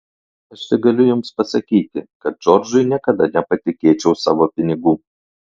aš tik galiu jums pasakyti kad džordžui niekada nepatikėčiau savo pinigų